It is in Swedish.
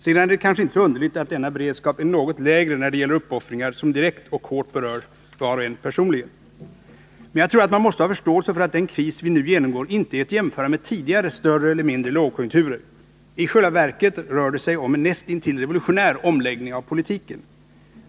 Sedan är det kanske inte så underligt att denna beredskap är något lägre när det gäller uppoffringar som direkt och hårt berör var och en personligen. Men jag tror att man måste ha förståelse för att den kris vi nu genomgår inte är att jämföra med tidigare större eller mindre lågkonjunkturer. I själva verket rör det sig om en näst intill revolutionär omläggning av politiken.